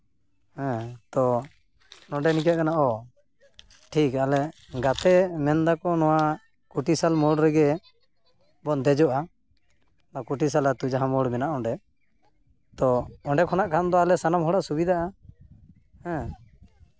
ᱛᱚ ᱱᱚᱸᱰᱮ ᱱᱤᱝᱠᱟᱹᱜ ᱠᱟᱱᱟ ᱚ ᱴᱷᱤᱠ ᱟᱞᱮ ᱜᱟᱛᱮ ᱢᱮᱱᱫᱟᱠᱚ ᱱᱚᱣᱟ ᱠᱚᱛᱤᱥᱟᱞ ᱢᱳᱲ ᱨᱮᱜᱮ ᱵᱚᱱ ᱫᱮᱡᱚᱜᱼᱟ ᱠᱚᱛᱤᱥᱟᱞ ᱟᱹᱛᱩ ᱡᱟᱦᱟᱸ ᱢᱳᱲ ᱢᱮᱱᱟᱜᱼᱟ ᱚᱸᱰᱮ ᱛᱳ ᱚᱸᱰᱮ ᱠᱷᱚᱱᱟᱜ ᱠᱷᱟᱱ ᱫᱚ ᱟᱞᱮ ᱥᱟᱱᱟᱢ ᱦᱚᱲᱟᱜ ᱥᱩᱵᱤᱫᱷᱟᱜᱼᱟ